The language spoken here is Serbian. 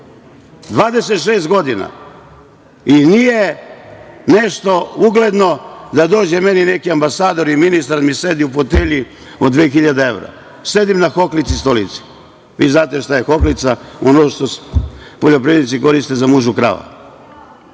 26 godina. Nije nešto ugledno, da dođe meni neki ambasador i ministar, da mi sedi u fotelji od 2.000 evra. Sedim na hoklici i stolici. Vi znate šta je hoklica – ono što poljoprivrednici koriste za mužu krava.